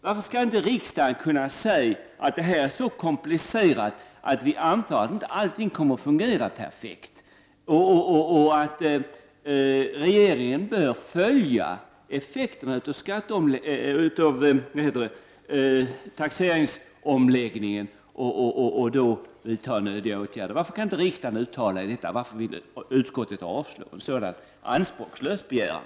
Varför skall inte riksdagen kunna säga att det här är så komplicerat att vi antar att inte allting kommer att fungera perfekt och att regeringen bör följa effekterna av taxeringsomläggningen och vidta nödvändiga åtgärder? Varför kan inte riksdagen uttala detta? Varför vill utskottet avstyrka en så anspråkslös begäran?